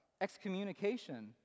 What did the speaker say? excommunication